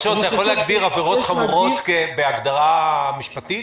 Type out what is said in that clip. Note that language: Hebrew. אתה יכול להגדיר עבירות חמורות בהגדרה משפטית?